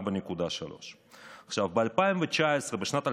4.3%. בשנת 2019,